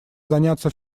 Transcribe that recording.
заняться